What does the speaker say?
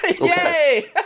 Yay